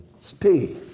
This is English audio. stay